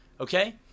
Okay